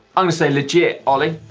i'm gonna say legit ollie.